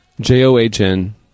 J-O-H-N